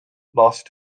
lost